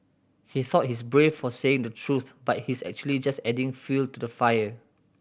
he thought he's brave for saying the truth but he's actually just adding fuel to the fire